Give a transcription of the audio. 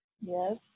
Yes